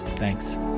Thanks